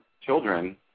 children